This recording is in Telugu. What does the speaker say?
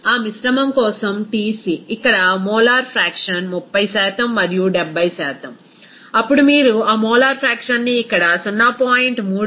ఆ మిశ్రమం కోసం Tc ఇక్కడ మోలార్ ఫ్రాక్షన్ 30 మరియు 70 అప్పుడు మీరు ఆ మోలార్ ఫ్రాక్షన్ ని ఇక్కడ 0